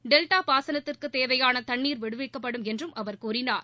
delta பாசனத்திற்கு தேவையான தண்ணீர் விடுவிக்கப்படும் என்றும் அவர் கூறினார்